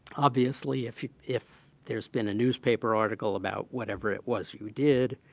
obviously, if you if there's been a newspaper article about whatever it was you did,